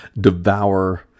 devour